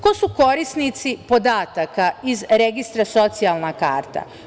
Ko su korisnici podataka iz registra socijalna karta?